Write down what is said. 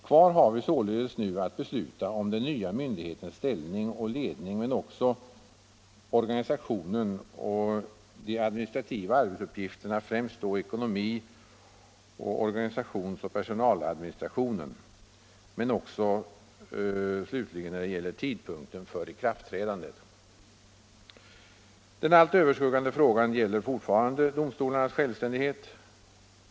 Kvar har vi således att besluta om den nya myndighetens ställning och ledning men också om de administrativa arbetsuppgifterna — främst då ekonomi-, organisationsoch personaladministration — samt tidpunkten för ikraftträdandet. Den allt överskuggande frågan gäller fortfarande domstolarnas självständighet.